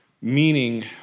meaning